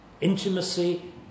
Intimacy